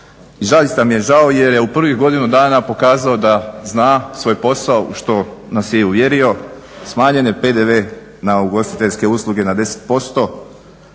I zaista mi je žao jer je u prvih godinu dana pokazao da zna svoj posao u što nas je i uvjerio, smanjen PDV na ugostiteljske usluge na 10%,